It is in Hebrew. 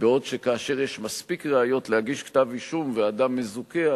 בעוד שכאשר יש מספיק ראיות להגיש כתב אישום והאדם מזוכה,